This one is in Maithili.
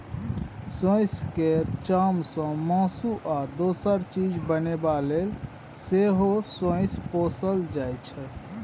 सोंइस केर चामसँ मासु या दोसर चीज बनेबा लेल सेहो सोंइस केँ पोसल जाइ छै